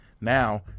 Now